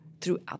throughout